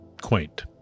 quaint